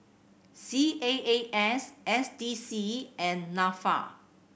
C A A S S D C and Nafa